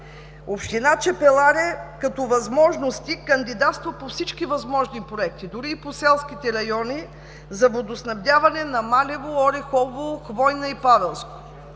Община Чепеларе като възможности кандидатства по всички възможни проекти, дори и по селските райони, за водоснабдяване на Малево, Орехово, Хвойна и Павелско.